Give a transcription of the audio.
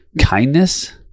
kindness